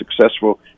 successful